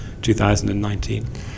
2019